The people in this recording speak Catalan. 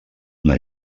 una